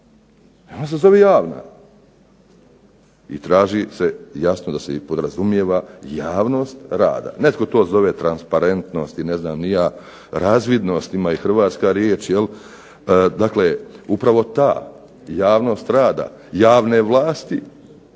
Ona se zove javna, traži se jasno da se podrazumijeva javnost rada. Netko to zove transparentnost i ne znam ja, razvidnost, ima i Hrvatska riječ, dakle upravo ta javnost rada, javne vlasti